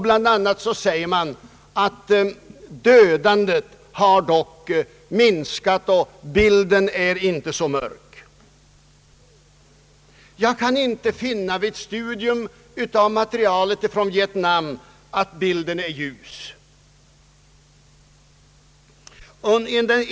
Bland annat säger man att dödandet dock har minskat och att bilden inte är så mörk. Vid studium av materialet från Vietnam kan jag inte finna att bilden är ljus.